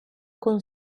con